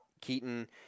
Keaton